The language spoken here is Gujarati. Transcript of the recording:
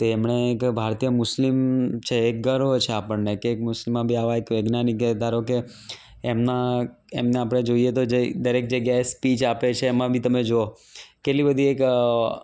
તે એમણે એક ભારતીય મુસ્લિમ છે એક ગર્વ છે આપણને કે મુસ્લિમમાં બી આવા એક વૈજ્ઞાનિકે ધારોકે એમને એમને આપણે જોઈએ તો જે દરેક જગ્યાએ સ્પીચ જે આપે છે એમાં બી તમે જુઓ કેટલી બધી એક અ